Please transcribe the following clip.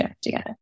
together